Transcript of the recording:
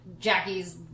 Jackie's